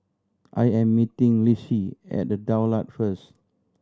I am meeting Lissie at The Daulat first